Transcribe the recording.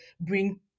bring